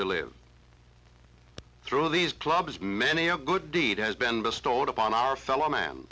to live through these clubs many a good deed has been bestowed upon our fellow man